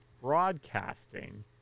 broadcasting